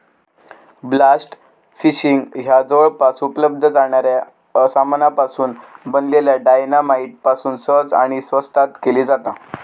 blast fishing ह्या जवळपास उपलब्ध जाणाऱ्या सामानापासून बनलल्या डायना माईट पासून सहज आणि स्वस्तात केली जाता